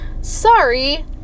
Sorry